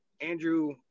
Andrew